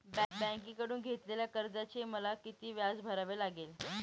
बँकेकडून घेतलेल्या कर्जाचे मला किती व्याज भरावे लागेल?